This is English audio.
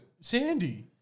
Sandy